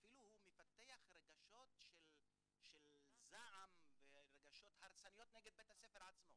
אפילו הוא מפתח רגשות של זעם ורגשות הרסניים נגד בית הספר עצמו